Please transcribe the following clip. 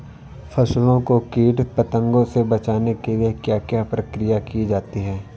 फसलों को कीट पतंगों से बचाने के लिए क्या क्या प्रकिर्या की जाती है?